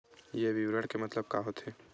ये विवरण के मतलब का होथे?